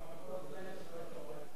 מכובדי חברי הכנסת,